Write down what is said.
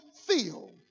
feel